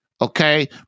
okay